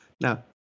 Now